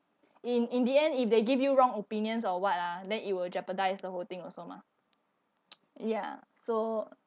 in in the end if they give you wrong opinions or what ah then it will jeopardise the whole thing also mah ya so